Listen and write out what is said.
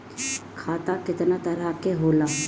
खाता केतना तरह के होला?